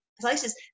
places